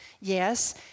Yes